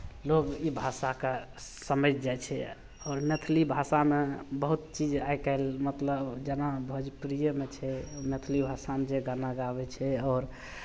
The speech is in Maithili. लोक ई भाषाकेँ समझि जाइ छै आओर मैथिली भाषामे बहुत चीज आइ काल्हि मतलब जेना भोजपुरिएमे छै मैथिली भाषामे जे गाना गाबै छै आओर